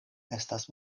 estas